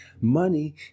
Money